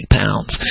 pounds